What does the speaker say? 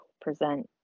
present